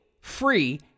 free